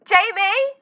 Jamie